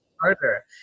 harder